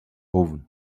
oven